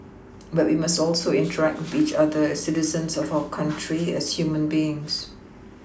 but we must also interact each other as citizens of our country as human beings